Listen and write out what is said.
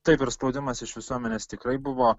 taip ir spaudimas iš visuomenės tikrai buvo